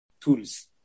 tools